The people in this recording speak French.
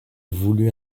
voulus